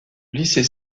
lycée